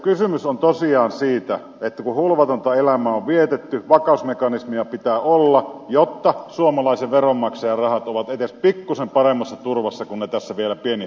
kysymys on tosiaan siitä että kun hulvatonta elämää on vietetty vakausmekanismeja pitää olla jotta suomalaisen veronmaksajan rahat ovat edes pikkuisen paremmassa turvassa kuin ne tässä vielä pieni hetki sitten olivat